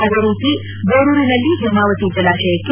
ಅದೇ ರೀತಿ ಗೊರೂರಿನಲ್ಲಿ ಹೇಮಾವತಿ ಜಲಾಶಯಕ್ಕೆ